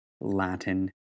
Latin